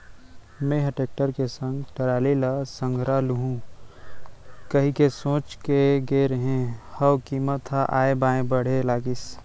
मेंहा टेक्टर के संग टराली ल संघरा लुहूं कहिके सोच के गे रेहे हंव कीमत ह ऑय बॉय बाढ़े लगिस